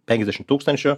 penkiasdešim tūkstančių